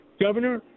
Governor